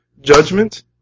judgment